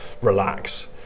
relax